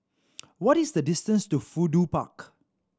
what is the distance to Fudu Park